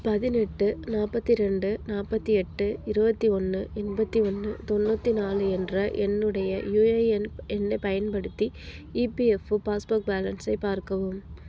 பதினெட்டு நாற்பத்தி ரெண்டு நாற்பத்தி எட்டு இருபத்தி ஒன்று எண்பத்தி ஒன்று தொண்ணூற்றி நாலு என்ற என்னுடைய யுஏஎன் எண்ணைப் பயன்படுத்தி இபிஎஃப்ஓ பாஸ்புக் பேலன்ஸைப் பார்க்கவும்